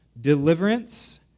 Deliverance